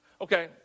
Okay